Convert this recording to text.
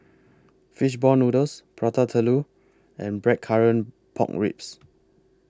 Fish Ball Noodles Prata Telur and Blackcurrant Pork Ribs